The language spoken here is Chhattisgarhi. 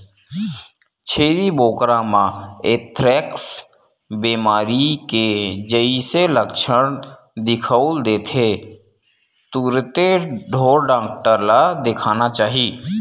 छेरी बोकरा म एंथ्रेक्स बेमारी के जइसे लक्छन दिखउल देथे तुरते ढ़ोर डॉक्टर ल देखाना चाही